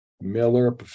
Miller